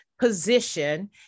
position